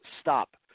stop